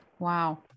Wow